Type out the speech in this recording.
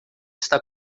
está